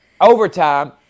overtime